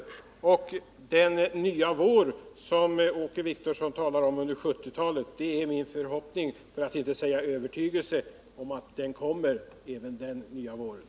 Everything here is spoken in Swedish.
Det är min förhoppning för att inte säga övertygelse att den nya vår under 1970-talet på detta område, som Åke Wictorsson talade om, kommer att fortsätta även under 1980-talet.